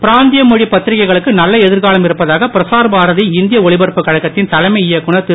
பிராந்திய மொழிப் பத்திரிகைகளுக்கு நல்ல எதிர்காலம் இருப்பதாக பிரசார் பாரதி இந்திய ஒலிபரப்பு கழகத்தின் தலைமை இயக்குனர் திரு